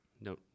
no